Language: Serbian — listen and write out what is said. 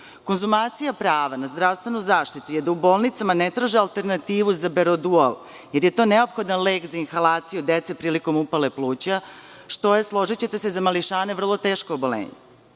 zaštitu. Konzumacija prava na zdravstvenu zaštitu je da u bolnicama ne traže alternativu za berodual, jer je to neophodan lek za inhalaciju dece prilikom upale pluća, što je, složićete se, za mališane teško oboljenje.